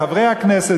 בחברי הכנסת,